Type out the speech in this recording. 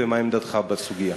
מה עמדתך בסוגיה?